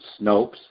Snopes